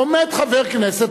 עומד חבר כנסת,